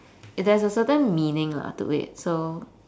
it has a certain meaning lah to it so